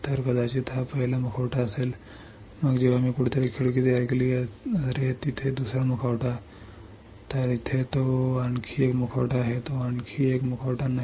तर कदाचित हा पहिला मुखवटा असेल मग जेव्हा मी कुठेतरी खिडकी तयार केली अरे इथे दुसरा मुखवटा तर अरे इथे तो आणखी एक मुखवटा आहे तो आणखी एक मुखवटा नाही